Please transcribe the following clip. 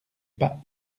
pas